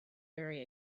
very